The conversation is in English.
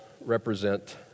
represent